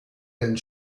and